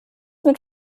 mit